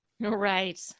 Right